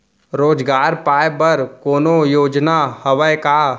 रोजगार पाए बर कोनो योजना हवय का?